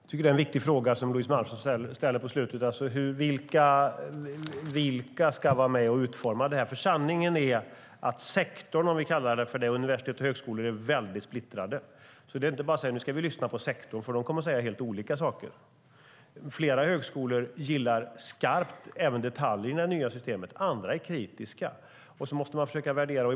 Herr talman! Det är en viktig fråga som Louise Malmström ställer på slutet. Vilka ska vara med och utforma detta? Sanningen är att sektorn, om vi kallar den för det, det vill säga universitet och högskolor, är väldigt splittrad. Det är inte bara att säga: Nu ska vi lyssna på sektorn. Den kommer att säga helt olika saker. Flera högskolor gillar skarpt även detaljerna i det nya systemet. Andra är kritiska. Man måste försöka värdera det.